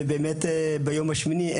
באמת ביום השמיני,